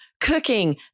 cooking